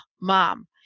mom